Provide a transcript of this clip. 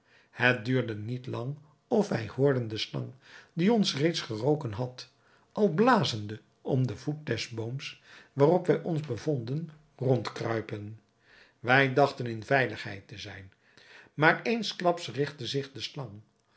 het duurde niet lang of wij hoorden de slang die ons reeds geroken had al blazende om den voet des booms waarop wij ons bevonden rondkruipen wij dachten in veiligheid te zijn maar eensklaps rigtte zich de slang